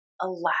allow